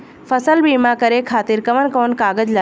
फसल बीमा करे खातिर कवन कवन कागज लागी?